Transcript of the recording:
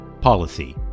policy